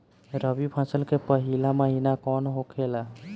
रबी फसल के पहिला महिना कौन होखे ला?